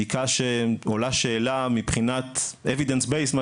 בדיקה שעולה שאלה מבחינת אבידנס בייס מה